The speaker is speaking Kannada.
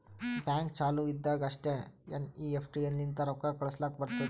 ಬ್ಯಾಂಕ್ ಚಾಲು ಇದ್ದಾಗ್ ಅಷ್ಟೇ ಎನ್.ಈ.ಎಫ್.ಟಿ ಲಿಂತ ರೊಕ್ಕಾ ಕಳುಸ್ಲಾಕ್ ಬರ್ತುದ್